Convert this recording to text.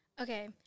Okay